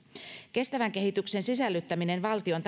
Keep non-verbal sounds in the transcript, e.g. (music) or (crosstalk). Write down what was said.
kestävän kehityksen sisällyttäminen valtion (unintelligible)